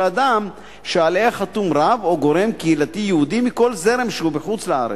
אדם ואשר עליה חתום רב או גורם קהילתי יהודי מכל זרם שהוא בחוץ-לארץ.